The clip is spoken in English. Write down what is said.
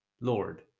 lord